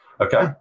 okay